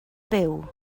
byw